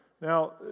Now